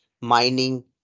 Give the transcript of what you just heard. mining